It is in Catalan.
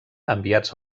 enviats